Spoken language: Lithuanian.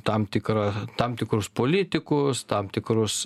tam tikrą tam tikrus politikus tam tikrus